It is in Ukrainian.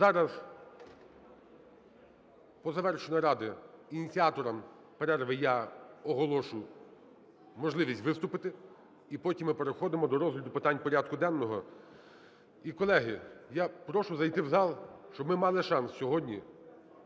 Зараз по завершенню наради ініціаторам перерви я оголошу можливість виступити, і потім ми переходимо до розгляду питань порядку денного. І, колеги, я прошу зайти в зал, щоби ми мали шанс сьогодні